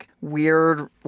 weird